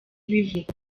bivugwa